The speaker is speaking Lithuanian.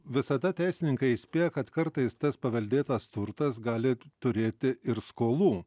visada teisininkai įspėja kad kartais tas paveldėtas turtas gali turėti ir skolų